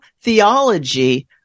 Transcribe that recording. theology